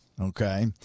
okay